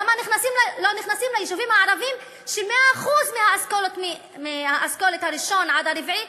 למה לא נכנסים ליישובים הערביים שהם 100% באשכולות הראשון עד הרביעי,